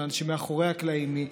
לאנשים מאחורי הקלעים,